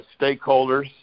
stakeholders